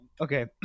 Okay